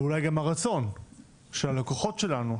ואולי גם הרצון של הלקוחות שלנו,